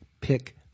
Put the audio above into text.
pick